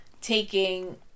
taking